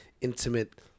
intimate